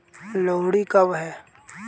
लोहड़ी कब है?